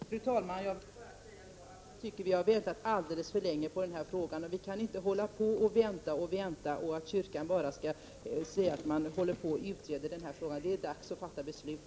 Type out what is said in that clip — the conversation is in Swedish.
Fru talman! Jag tycker att vi har väntat alldeles för länge i detta sammanhang. Vi kan inte bara vänta och vänta alltmedan man från kyrkan säger att frågan är under utredning. Nu är det dags att fatta beslut.